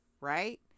right